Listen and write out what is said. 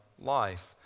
life